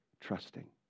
trusting